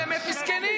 אתם באמת מסכנים.